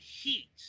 heat